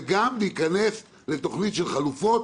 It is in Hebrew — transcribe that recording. וגם להיכנס לתוכנית של חלופות.